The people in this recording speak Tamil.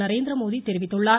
நரேந்திரமோடி தெரிவித்துள்ளார்